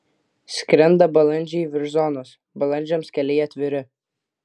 skrenda balandžiai virš zonos balandžiams keliai atviri